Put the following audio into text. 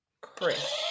Chris